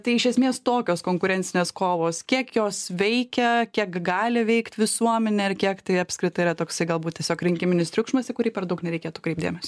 tai iš esmės tokios konkurencinės kovos kiek jos veikia kiek gali veikt visuomenę ir kiek tai apskritai yra toksai galbūt tiesiog rinkiminis triukšmas į kurį per daug nereikėtų kreipt dėmėsio